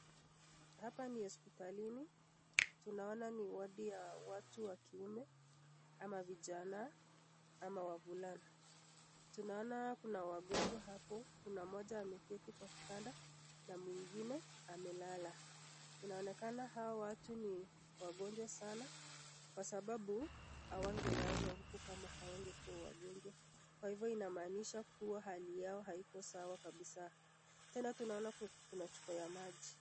Hapa ni hoapitalini. Tunaona ni wodi ya watu wa kiume ama vijana ama wavulana. Tunaona kuna wagonjwa hapo. Kuna mmoja ameketi kwa kitanda, na mwingine amelala. Inaonekana hawa watu ni wagonjwa sana kwa sababu hawangelazwa huku kama hawangekuwa wangonjwa. Kwa hivyo inamaanisha kuwa hali yao haiko sawa kabisa. Tena tunaona kuna chupa ya maji.